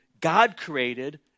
God-created